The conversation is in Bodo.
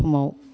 समाव